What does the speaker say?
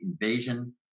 invasion